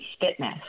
fitness